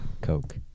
Coke